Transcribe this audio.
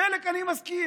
לחלק אני מסכים,